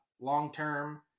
long-term